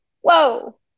whoa